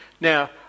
Now